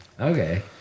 Okay